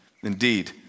Indeed